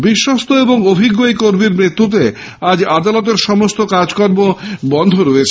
বিশ্বস্থ এবং অভিজ্ঞ এই কর্মীর মৃত্যুতে আজ আদালতের সমস্ত কাজ বন্ধ রয়েছে